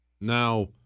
Now